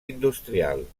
industrial